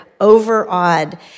overawed